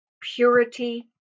purity